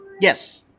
Yes